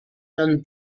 dann